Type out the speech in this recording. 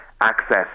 access